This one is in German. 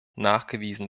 nachgewiesen